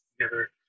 together